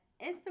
Instagram